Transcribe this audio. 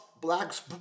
blacks